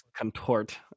contort